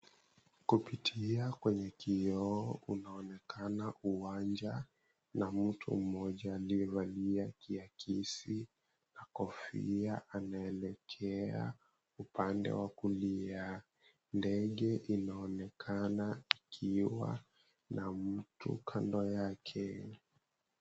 Kupitia kwenye kioo unaonekana uwanja na mtu mmoja aliyevalia kiakisi na kofia, anaelekea upande wa kulia. Ndege inaonekana ikiwa na mtu kando yake.